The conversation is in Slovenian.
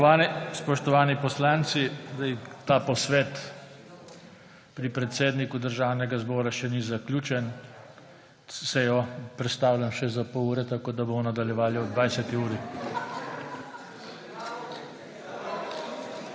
Spoštovani poslanci! Posvet pri predsedniku Državnega zbora še ni zaključen. Sejo prestavljam še za pol ure, tako da bomo nadaljevali ob 20. uri.